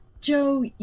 Joe